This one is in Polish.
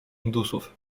indusów